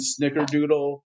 snickerdoodle